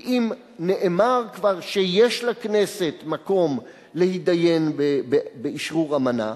כי אם נאמר כבר שיש לכנסת מקום להתדיין באשרור אמנה,